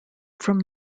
from